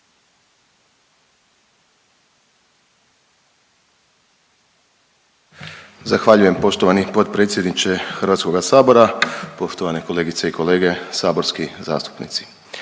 Zahvaljujem poštovani potpredsjedniče HS. Poštovane kolegice i kolege, saborski zastupnici,